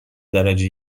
درجه